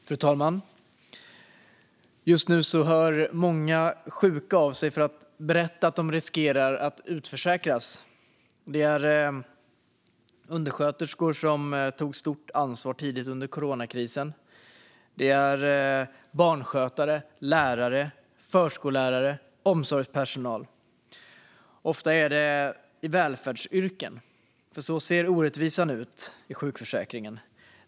Fru talman! Just nu hör många sjuka av sig för att berätta att de riskerar att utförsäkras. Det är fråga om undersköterskor som tog stort ansvar tidigt under coronakrisen, barnskötare, lärare, förskollärare och omsorgspersonal. Ofta är det personer som arbetar i välfärdsyrken. Så ser orättvisan ut i sjukförsäkringen.